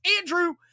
Andrew